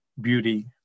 beauty